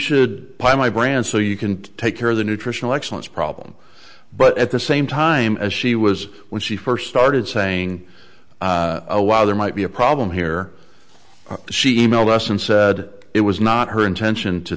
should buy my brand so you can take care of the nutritional excellence problem but at the same time as she was when she first started saying oh wow there might be a problem here she e mailed us and said it was not her intention to